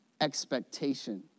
expectation